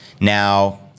Now